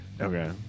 Okay